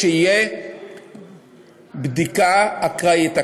שתהיה בדיקה אקראית.